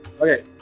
okay